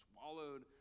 swallowed